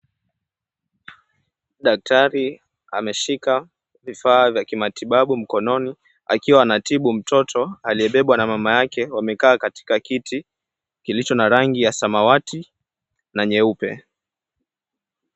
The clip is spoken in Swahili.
Daktari ameshika vifaa vya kimatibabu mkononi, akiwa anatibu mtoto aliyebebwa na mama yake. Wamekaa katika kiti kilicho na rangi ya samawati na nyeupe.